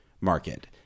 market